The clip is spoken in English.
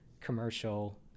commercial